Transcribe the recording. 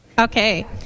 okay